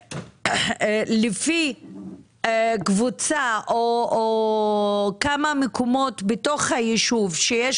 שלפי קבוצה או כמה מקומות בתוך היישוב שיש